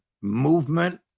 movement